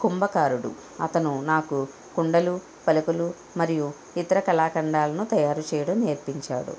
కుంభకారుడు అతను నాకు కుండలు పలకలు మరియు ఇతర కళాఖండాలను తయారు చేయడం నేర్పించాడు